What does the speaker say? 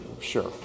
Sure